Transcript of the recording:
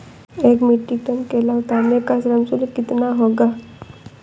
एक metric ton केला उतारने का श्रम शुल्क कितना होगा?